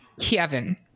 kevin